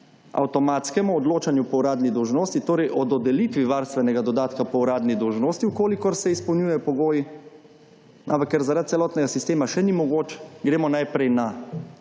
avtomatskemu odločanju po uradni dolžnosti, torej o dodelitvi varstvenega dodatka po uradni dolžnosti, v kolikor se izpolnjujejo pogoji. Ampak ker zaradi celotnega sistema še ni mogoč, gremo najprej na